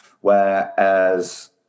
whereas